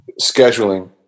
scheduling